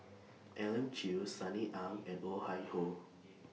Elim Chew Sunny Ang and Oh Chai Hoo